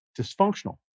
dysfunctional